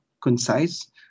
concise